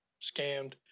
scammed